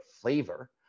flavor